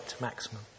maximum